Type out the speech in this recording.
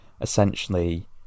essentially